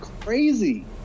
crazy